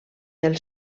del